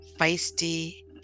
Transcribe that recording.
feisty